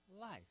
life